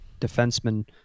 defenseman